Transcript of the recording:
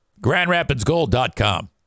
grandrapidsgold.com